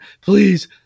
please